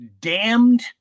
damned